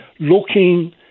looking